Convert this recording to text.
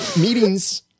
meetings